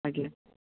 ଆଜ୍ଞା